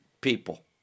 people